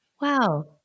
Wow